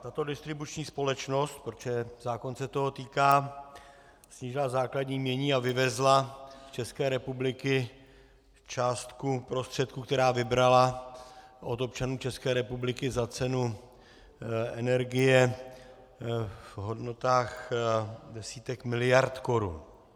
Tato distribuční společnost, protože zákon se toho týká, snížila základní jmění a vyvezla z České republiky částku prostředků, které vybrala od občanů České republiky za cenu energie v hodnotách desítek miliard korun.